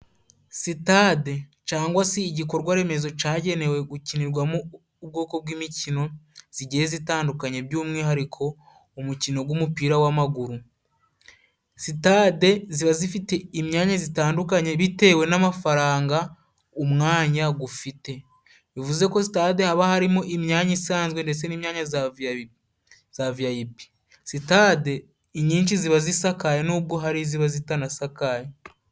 Sitade cyangwa se igikorwa remezo cyagenewe gukinirwamo ubwoko bw'imikino igiye itandukanye by'umwihariko umukino w'umupira w'amaguru. Sitade ziba zifite imyanya itandukanye bitewe n'amafaranga umwanya uwufite, bivuze ko stade haba harimo imyanya isanzwe ndetse n'imyanya za viyayipi. Sitade inyinshi ziba zisakaye nubwo hari iziba zitanasakaye.